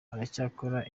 aracyakora